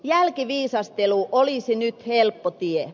jälkiviisastelu olisi nyt helppo tie